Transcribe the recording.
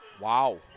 Wow